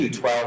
12